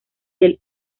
del